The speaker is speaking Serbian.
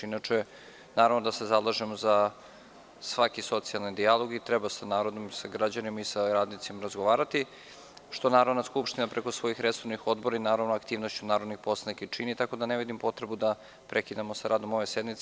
Naravno da se zalažemo da svaki socijalni dijalog i treba sa narodom i sa građanima i sa radnicima razgovarati, što Narodna skupština preko svojih resornih odbora i aktivnošću narodnih poslanika čini, tako da ne vidim potrebu da prekidamo sa radom ove sednice.